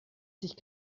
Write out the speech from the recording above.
sich